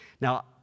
Now